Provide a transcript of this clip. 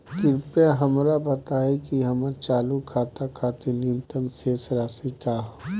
कृपया हमरा बताइं कि हमर चालू खाता खातिर न्यूनतम शेष राशि का ह